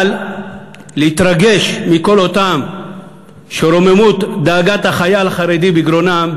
אבל להתרגש מכל אותם שרוממות דאגת החייל החרדי בגרונם,